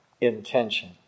intention